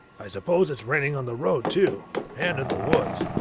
i suppose it's raining on the road too, and in the woods.